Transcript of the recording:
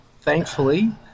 thankfully